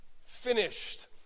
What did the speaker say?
finished